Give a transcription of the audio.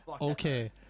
okay